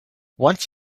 once